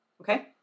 okay